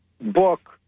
book